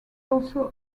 also